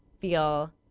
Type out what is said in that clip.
feel